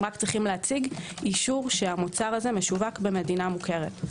הם רק צריכים להציג אישור שהמוצר הזה משווק במדינה מוכרת.